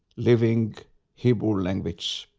living hebrew language.